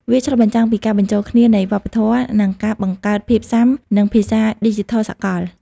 វាឆ្លុះបញ្ចាំងពីការបញ្ចូលគ្នានៃវប្បធម៌ និងការបង្កើតភាពសុាំនឹងភាសាឌីជីថលសកល។